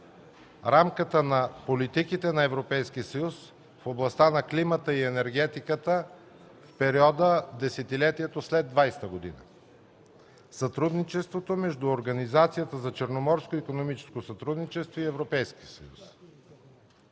рамката на политиките на Европейския съюз в областта на климата и енергетиката в периода десетилетието след 2020 г., сътрудничеството между Организацията за черноморско икономическо сътрудничество и Европейския съюз.